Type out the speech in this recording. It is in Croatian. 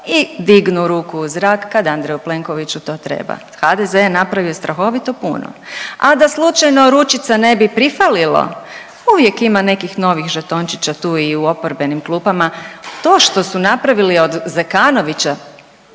i dignu ruku u zrak kad Andreju Plenkoviću to treba. HDZ je napravio strahovito puno. A da slučajno ručica ne bi prifalilo, uvijek ima nekih novih žetončića tu i u oporbenim klupama, to što su napravili od Zekanovića